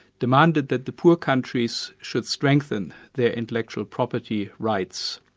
demanded that the poor countries should strengthen their intellectual property rights,